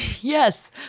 Yes